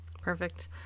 Perfect